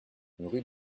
rue